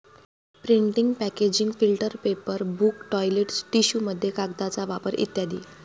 printing packaging filter paper book toilet टिश्यूमध्ये कागदाचा वापर इ